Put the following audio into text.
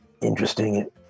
interesting